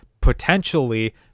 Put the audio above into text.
potentially